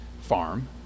farm